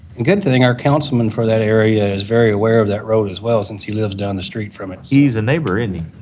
and a good thing, our councilman for that area is very aware of that road as well since he lives down the street from it. he's a neighbor, isn't he?